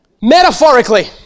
Metaphorically